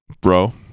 bro